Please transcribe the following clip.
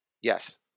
Yes